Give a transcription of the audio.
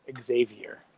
Xavier